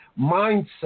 Mindset